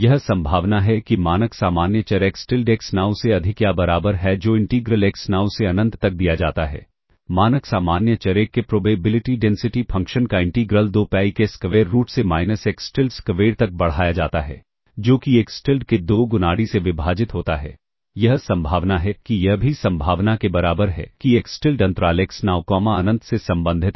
यह संभावना है कि मानक सामान्य चर एक्स tilde एक्स नाउ से अधिक या बराबर है जो इंटीग्रल एक्स नाउ से अनंत तक दिया जाता है मानक सामान्य चर 1 के प्रोबेबिलिटी डेंसिटी फंक्शन का इंटीग्रल 2 pi e के स्क्वेर रूट से माइनस एक्स tilde स्क्वेर तक बढ़ाया जाता है जो कि एक्स tilde के 2 गुना d से विभाजित होता है यह संभावना है कि यह भी संभावना के बराबर है कि एक्स tilde अंतराल एक्स नाउ कॉमा अनंत से संबंधित है